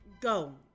Go